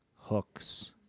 hooks